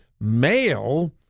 male